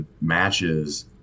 matches